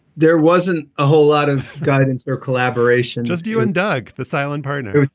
there wasn't a whole lot of guidance there. collaboration. just you and doug, the silent partner.